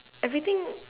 everything